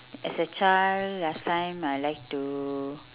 as a child last time I like to